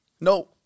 No